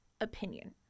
opinion